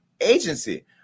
agency